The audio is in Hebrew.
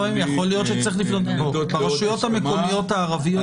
יכול להיות שצריך לפנות לרשויות המקומיות הערביות.